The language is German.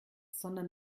sondern